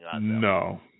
No